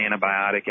antibiotic